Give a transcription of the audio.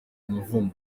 umuvumo